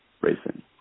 racing